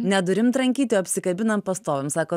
ne durim trankyti o apsikabinam pastovim sako